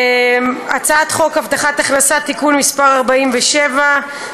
הצעת חוק הבטחת הכנסה (תיקון מס' 47),